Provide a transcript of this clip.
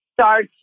start